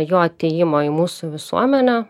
jo atėjimo į mūsų visuomenę